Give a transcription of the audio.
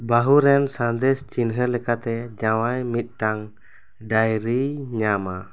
ᱵᱟᱦᱩ ᱨᱮᱱ ᱥᱟᱸᱫᱮᱥ ᱪᱤᱱᱦᱟᱹ ᱞᱮᱠᱟᱛᱮ ᱡᱟᱶᱟᱭ ᱢᱤᱫᱴᱟᱝ ᱰᱟᱹᱝᱨᱤᱭ ᱮᱢᱚᱜᱼᱟ